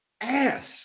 ass